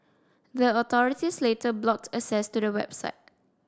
the authorities later blocked access to the website